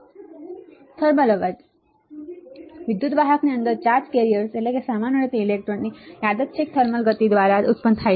thermal અવાજ વિદ્યુત વાહકની અંદર ચાર્જ કેરિયર્સ સામાન્ય રીતે ઇલેક્ટ્રોન ની યાદચ્છિક થર્મલ ગતિ દ્વારા ઉત્પન્ન થાય છે